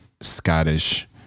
Scottish